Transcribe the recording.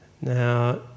Now